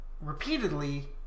repeatedly